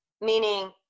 meaning